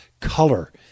color